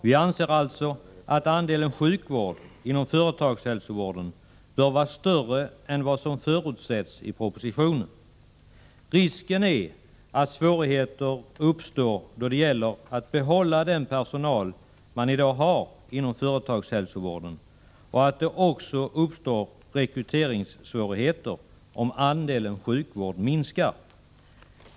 Vi anser alltså att andelen sjukvård inom företagshälsovården bör vara större än vad som förutsätts i propositionen. Risken är att svårigheter uppstår då det gäller att behålla den personal man i dag har inom företagshälsovården och att det också uppstår rekryteringssvårigheter om andelen sjukvård minskar.